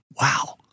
wow